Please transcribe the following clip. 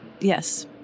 Yes